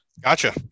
Gotcha